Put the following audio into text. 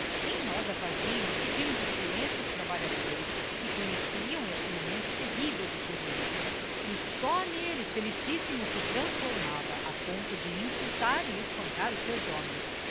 iim roda faziam um timido silencio os trabalhadores que conheciam esse momento terrível do theodolito e só n'elles felicíssimo se transformava a ponto de insultar e espancar os seus homens